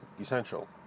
essential